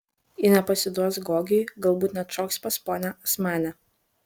ji nepasiduos gogiui galbūt net šoks pas ponią asmanę